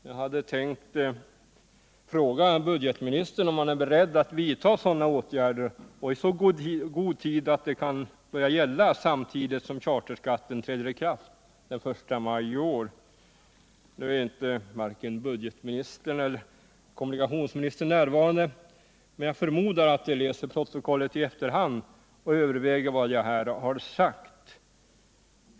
Jag hade tänkt fråga budgetministern om han är beredd att vidta sådana åtgärder och göra det i så god tid att nya regler kan börja gälla samtidigt som charterskatten träder i kraft den I maj iår. Nu är varken budgetministern eller kommunikationsministern närvarande, men jag förmodar att de läser protokollet och i efterhand överväger vad jag här har sagt.